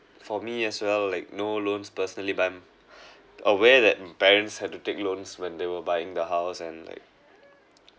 for me as well like no loans personally but I'm aware that my parents have to take loans when they were buying the house and like